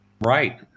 Right